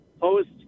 post